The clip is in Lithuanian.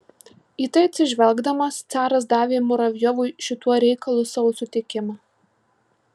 į tai atsižvelgdamas caras davė muravjovui šituo reikalu savo sutikimą